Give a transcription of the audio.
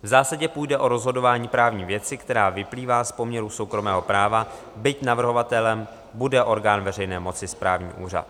V zásadě půjde o rozhodování právní věci, která vyplývá z poměru soukromého práva, byť navrhovatelem bude orgán veřejné moci správní úřad.